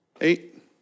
Eight